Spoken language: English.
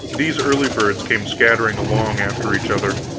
these early birds came scattering along after each other,